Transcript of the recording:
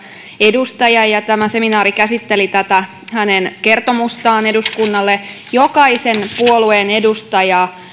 edustaja ja joka käsitteli tätä hänen kertomustaan eduskunnalle jokaisen puolueen edustaja